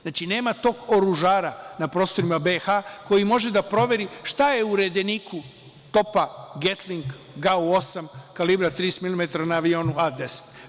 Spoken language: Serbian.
Znači, nema tog oružara na prostorima BiH koji može da proveri šta je u redeniku topa Redling GAU-8 kalibra 30 milimetara na avionu A-10.